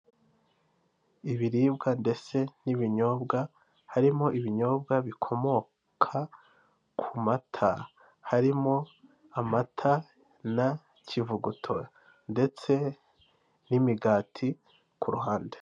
Ibiribwa ndetse n'ibinyobwa harimo ibinyobwa bikomoka ku mata, harimo amata na kivugutora ndetse n'imigati ku ruhande.